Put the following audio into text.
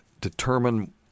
determine